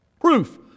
Proof